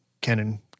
Canon